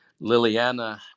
Liliana